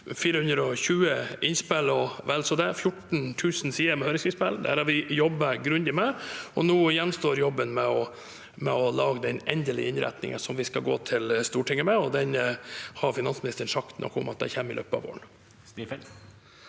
420 innspill, og vel så det – 14 000 sider med høringsinnspill. Dette har vi jobbet grundig med, og nå gjenstår jobben med å lage den endelige innretningen som vi skal gå til Stortinget med. Der har finansministeren sagt noe om at det kommer i løpet av våren.